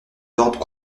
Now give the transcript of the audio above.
d’ordre